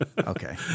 Okay